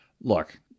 look